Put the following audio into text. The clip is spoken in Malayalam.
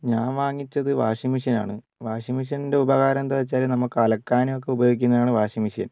ഞാൻ വാങ്ങിച്ചത് വാഷിംഗ് മെഷീൻ ആണ് വാഷിംഗ് മെഷീൻ്റെ ഉപകാരം എന്താണെന്നു വച്ചാൽ നമുക്ക് അലക്കാനും ഒക്കെ ഉപയോഗിക്കുന്നത് ആണ് വാഷിംഗ് മെഷീൻ